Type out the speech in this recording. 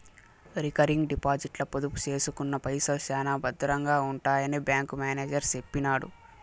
recurring డిపాజిట్ల పొదుపు సేసుకున్న పైసల్ శానా బద్రంగా ఉంటాయని బ్యాంకు మేనేజరు సెప్పినాడు